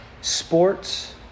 sports